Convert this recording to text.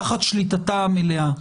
תחת שליטתה המלאה.